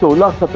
so last